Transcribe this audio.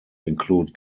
include